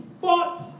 fought